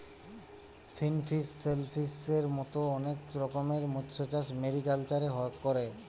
finfish, শেলফিসের মত অনেক রকমের মৎস্যচাষ মেরিকালচারে করে